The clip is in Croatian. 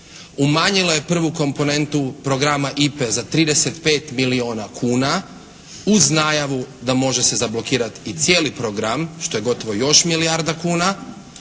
umanjila je prvu komponentu programa IPE za 35 milijuna kuna, uz najavu da može se zablokirati i cijeli program, što je gotovo još milijarda kuna,